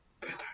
better